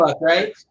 right